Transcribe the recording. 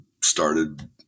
started